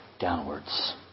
Downwards